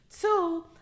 Two